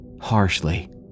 harshly